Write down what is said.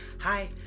Hi